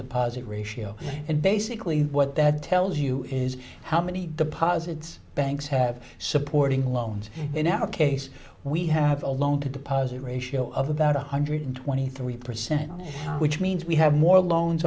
the posit ratio and basically what that tells you is how many deposits banks have supporting loans in our case we have a loan to deposit ratio of about one hundred twenty three percent which means we have more loans